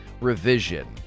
revision